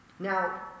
Now